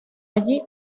allí